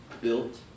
built